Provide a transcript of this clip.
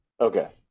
Okay